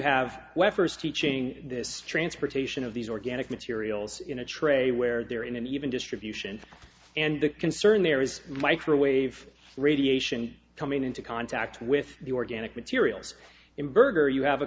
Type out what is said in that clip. have teaching this transportation of these organic materials in a tray where they're in an even distribution and the concern there is microwave radiation coming into contact with the organic materials in burger you have a